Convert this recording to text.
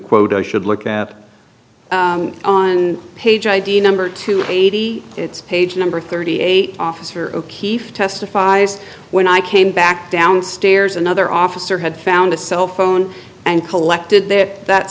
i should look at on page id number two eighty it's page number thirty eight officer o'keefe testifies when i came back downstairs another officer had found a cell phone and collected there that